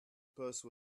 purse